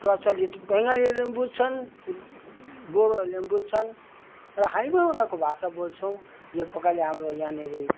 प्रचलित बेङ्गालीहरूले नि बुझ्छन् बोडोहरूले नि बुझ्छन् र हामी पनि उनीहरूको भाषा बोल्छौँ यो प्रकारले हाम्रो यहाँनेरि